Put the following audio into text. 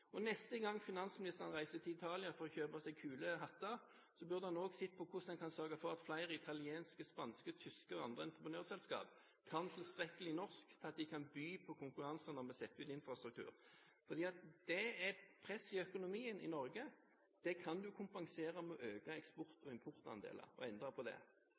Neste gang finansministeren reiser til Italia for å kjøpe seg kule hatter, bør han også se på hvordan en kan sørge for at flere italienske, spanske, tyske og andre entreprenørselskaper kan tilstrekkelig norsk til at de kan by på konkurransene om beste infrastruktur. Det er press i økonomien i Norge, og det kan en kompensere med å øke eksport- og importandeler og endre på det.